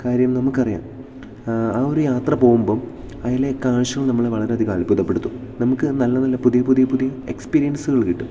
കാര്യം നമുക്കറിയാം ആ ഒരു യാത്ര പോകുമ്പം അതിലെ കാഴ്ചകൾ നമ്മളെ വളരെ അത്ഭുതപ്പെടുത്തും നമുക്ക് നല്ല നല്ല പുതിയ പുതിയ പുതിയ എക്സ്പീരിയൻസുകൾ കിട്ടും